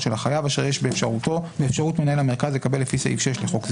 של החייב אשר יש באפשרות מנהל המרכז לקבל לפי סעיף 6 לחוק זה.